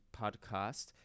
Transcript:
podcast